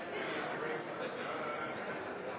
siste åra for